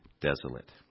desolate